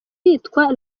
yitwa